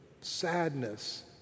sadness